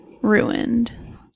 ruined